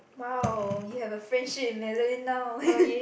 !wow! you have a friendship with Madeline now